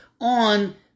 on